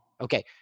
Okay